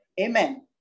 Amen